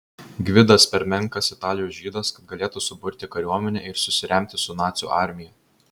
gvidas per menkas italijos žydas kad galėtų suburti kariuomenę ir susiremti su nacių armija